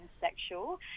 sexual